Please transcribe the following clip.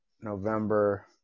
November